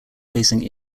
facing